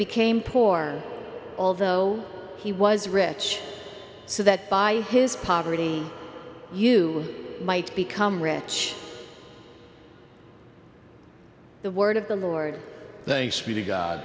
became poor although he was rich so that by his poverty you might become rich the word of the lord thank